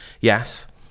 yes